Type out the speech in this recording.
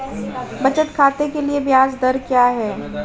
बचत खाते के लिए ब्याज दर क्या है?